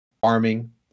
farming